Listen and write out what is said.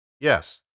Yes